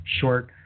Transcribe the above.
short